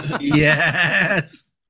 yes